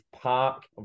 park